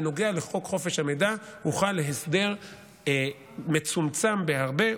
בנוגע לחוק חופש המידע הוחל הסדר מצומצם בהרבה.